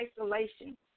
isolation